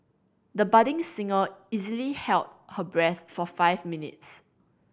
the budding singer easily held her breath for five minutes